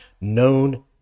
known